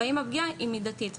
והאם הפגיעה היא מידתית.